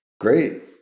Great